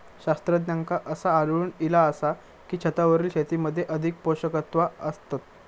शास्त्रज्ञांका असा आढळून इला आसा की, छतावरील शेतीमध्ये अधिक पोषकतत्वा असतत